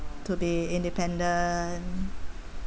to be independent